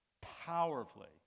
powerfully